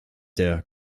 der